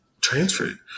transferred